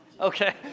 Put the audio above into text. Okay